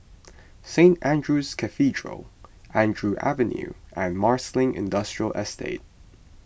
Saint andrew's Cathedral Andrew Avenue and Marsiling Industrial Estate